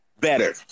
better